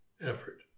effort